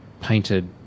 painted